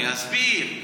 אני אסביר.